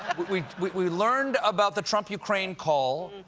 we we learned about the trump-ukraine call,